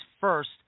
first